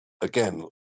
again